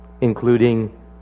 Including